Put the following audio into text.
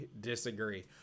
disagree